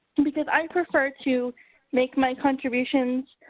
and because, i prefer to make my contributions